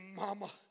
mama